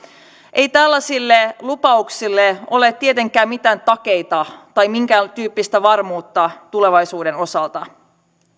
ei tällaisille lupauksille ole tietenkään mitään takeita tai tästä minkääntyyppistä varmuutta tulevaisuuden osalta